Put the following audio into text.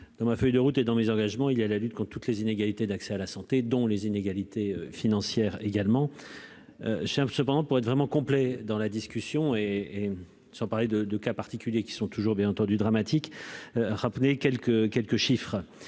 dans ma feuille de route et dans mes engagements, il y a la lutte quand toutes les inégalités d'accès à la santé, dont les inégalités financières également, cependant, pour être vraiment complet dans la discussion et si parlait de de cas particuliers qui sont toujours bien entendu dramatique ramené quelques quelques chiffres,